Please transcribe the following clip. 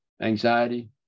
anxiety